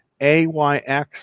AYX